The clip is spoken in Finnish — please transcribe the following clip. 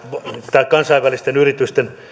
tätä kansainvälisten yritysten